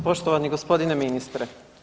Poštovani g. ministre.